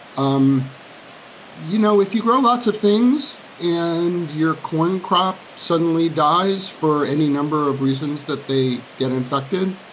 um you know, if you grow lots of things and your corn crop suddenly dies for any number of reasons that they get infected,